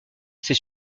ces